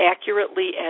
accurately